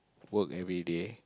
work every day